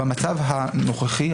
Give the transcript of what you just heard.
במצב הנוכחי,